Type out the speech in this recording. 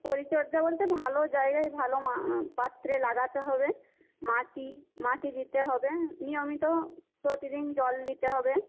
পরিচর্যা বলতে ভালো জায়গায় ভালো মা পাত্রে লাগাতে হবে মাটি মাটি দিতে হবে নিয়মিত প্রতিদিন জল দিতে হবে